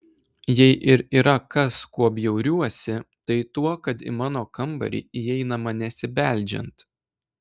jei ir yra kas kuo bjauriuosi tai tuo kad į mano kambarį įeinama nesibeldžiant